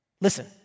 Listen